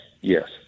Yes